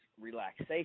relaxation